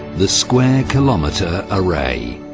the square kilometre array.